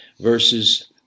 Verses